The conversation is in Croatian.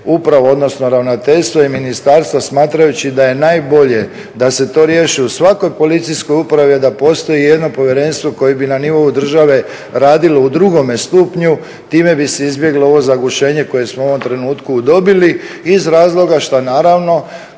upravo, odnosno ravnateljstvo i ministarstvo smatrajući da je najbolje da se to riješi u svakoj policijskoj upravi, a da postoji jedno povjerenstvo koje bi na nivou države radilo u drugome stupnju. Time bi se izbjeglo ovo zagušenje koje smo u ovom trenutku dobili iz razloga što naravno